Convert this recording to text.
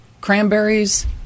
Cranberries